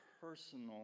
personal